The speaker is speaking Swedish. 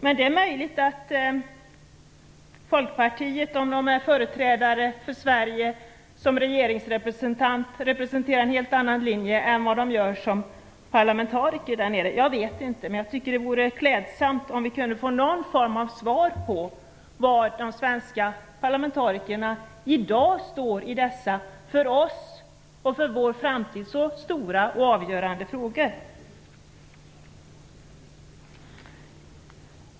Men det är möjligt att Folkpartiet om det företräder Sverige som regeringsrepresentant står för en helt annan linje än man gör som parlamentariker där nere. Jag vet inte. Men jag tycker att det vore klädsamt om vi kunde få någon form av svar på var de svenska parlamentarikerna i dag står i dessa för oss och för vår framtid så stora och avgörande frågor.